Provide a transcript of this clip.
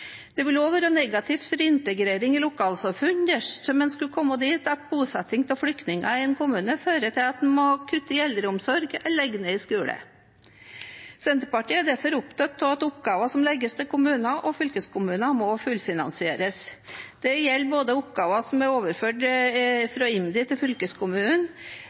Det vil også være negativt for integrering i lokalsamfunn dersom en skulle komme dit at bosetting av flyktninger i en kommune fører til at en må kutte i eldreomsorg eller legge ned en skole. Senterpartiet er derfor opptatt av at oppgaver som legges til kommuner og fylkeskommuner, må fullfinansieres. Det gjelder både oppgaver som er overført fra IMDI til